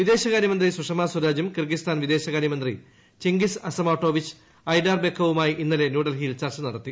വിദേശകാര്യമന്ത്രി സുഷമ സ്വരാജനും കിർഗിസ്ഥാൻ വിദേശകാര്യ മന്ത്രി ചിങ്കിസ് അസ്സമാട്ടോവിച്ച് ഐഡാർബ്രേക്കോവുമായി ഇന്നലെ ന്യൂഡൽഹിയിൽ ചർച്ച നടത്തി